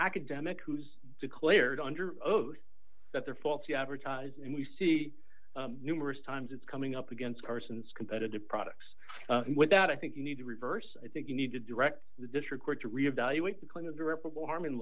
academic who's declared under oath that they're faulty advertised and we see numerous times it's coming up against persons competitive products without i think you need to reverse i think you need to direct the district court to re evaluate the clintons reparable harm in